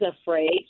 afraid